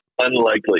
unlikely